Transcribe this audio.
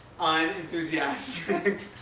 Unenthusiastic